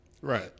right